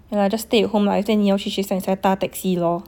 !aiya! just stay at home lah after 你要去学校才搭 taxi lor